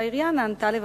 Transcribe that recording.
והעירייה נענתה לבקשתו.